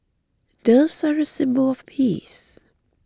doves are a symbol of peace